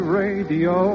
radio